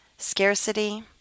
Scarcity